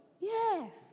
Yes